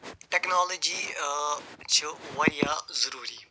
technology چھِ وارِیاہ ضروٗری